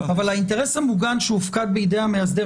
אבל האינטרס המוגן שהופקד בידי המאסדר